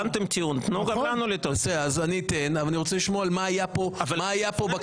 טענתם טיעון, תנו גם לנו לטעון.